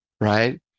Right